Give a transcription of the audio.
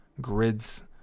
grids